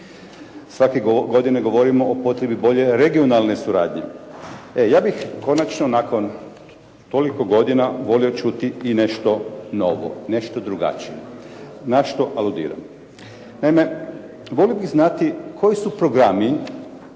Svake godine govorimo o potrebi bolje regionalne suradnje. E, ja bih konačno nakon toliko godina volio čuti i nešto novo, nešto drugačije. Na što aludiram? Naime, volio bih znati koji su programi